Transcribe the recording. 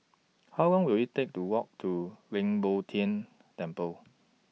How Long Will IT Take to Walk to Leng Poh Tian Temple